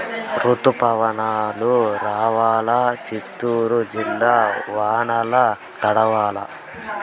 రుతుపవనాలు రావాలా చిత్తూరు జిల్లా వానల్ల తడవల్ల